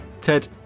Ted